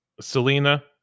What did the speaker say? selena